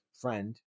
friend